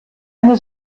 eine